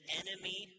enemy